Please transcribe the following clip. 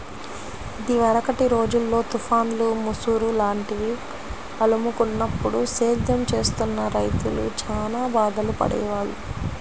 ఇదివరకటి రోజుల్లో తుఫాన్లు, ముసురు లాంటివి అలుముకున్నప్పుడు సేద్యం చేస్తున్న రైతులు చానా బాధలు పడేవాళ్ళు